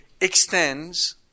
extends